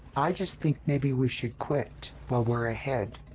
i just think maybe we should quit while we're ahead.